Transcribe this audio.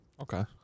Okay